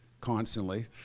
constantly